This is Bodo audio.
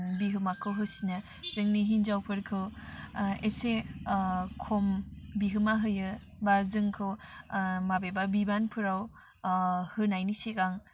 बिहोमाखौ होसिनो जोंनि हिन्जावफोरखौ एसे खम बिहोमा होयो बा जोंखौ माबेबा बिबानफोराव होनायनि सिगां